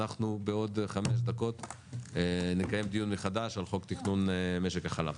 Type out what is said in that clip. אנחנו בעוד חמש דקות נקיים דיון מחדש על חוק תכנון משק החלב.